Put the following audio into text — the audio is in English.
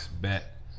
Bet